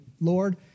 Lord